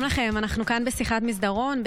שמונה בעד, אפס מתנגדים.